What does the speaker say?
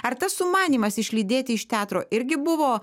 ar tas sumanymas išlydėti iš teatro irgi buvo